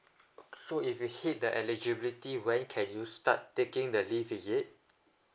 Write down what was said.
so if you hit the eligibility when can you start taking the leave is it